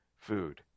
food